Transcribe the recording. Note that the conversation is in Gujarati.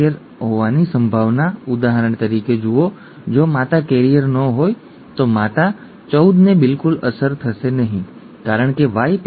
9 એ કૈરિયર હોવાની સંભાવના ઉદાહરણ તરીકે જુઓ જો માતા કૈરિયર ન હોય તો માતા XAXA છે પછી 14 ને બિલકુલ અસર થશે નહીં કારણ કે Y પિતામાંથી આવે છે